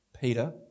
Peter